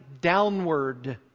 downward